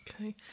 Okay